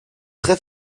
très